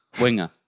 Winger